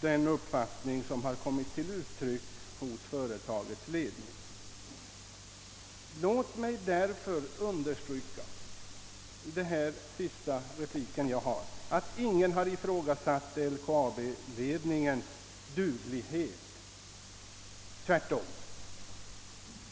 den uppfattning, som kommit till uttryck hos företagets ledning. Låt mig därför i denna min sista replik understryka att ingen har ifrågasatt LKAB-ledningens duglighet — tvärtom.